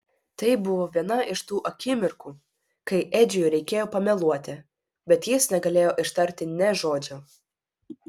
tai buvo viena iš tų akimirkų kai edžiui reikėjo pameluoti bet jis negalėjo ištarti nė žodžio